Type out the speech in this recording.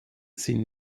sind